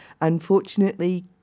unfortunately